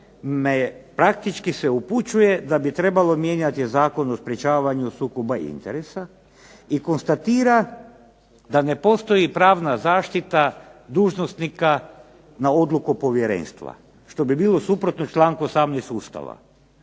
praktički se upućuje da bi trebalo mijenjati Zakon o sprječavanju sukoba interesa i konstatira da ne postoji pravna zaštita dužnosnika na odluku povjerenstva što bi bilo suprotno članku 18. Ustava.